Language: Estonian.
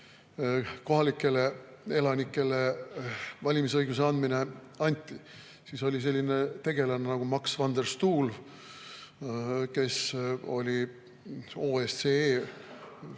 kohalikele elanikele valimisõiguse andmine [toimus]. Siis oli selline tegelane nagu Max van der Stoel, kes oli OSCE